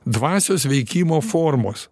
dvasios veikimo formos